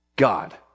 God